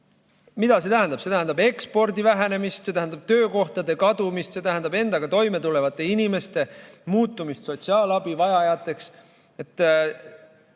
Mida see tähendab? See tähendab ekspordi vähenemist, see tähendab töökohtade kadumist, see tähendab endaga toime tulevate inimeste muutumist sotsiaalabivajajateks.